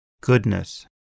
goodness